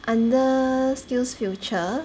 under skillsfuture